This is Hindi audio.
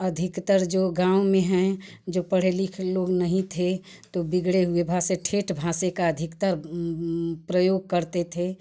अधिकतर जो गाँव में हैं जो पढे लिखे लोग नहीं थे तो बिगड़े हुए भाषे ठेठ भाषे का अधिकतर प्रयोग करते थे